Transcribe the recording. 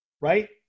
right